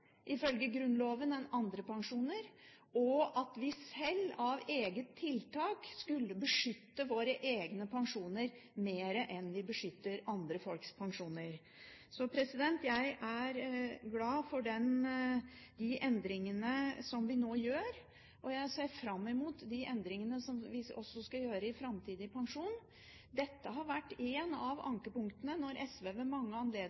ifølge Grunnloven enn andre pensjoner, og at vi sjøl av eget tiltak skulle beskytte våre egne pensjoner mer enn vi beskytter andre folks pensjoner. Jeg er glad for de endringene som vi nå gjør. Jeg ser fram imot de endringene som vi også skal gjøre i framtidig pensjon. Et av ankepunktene når SV ved mange anledninger også har vært kritisk til forhøyelse av